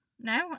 No